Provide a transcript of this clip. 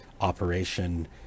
operation